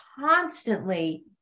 constantly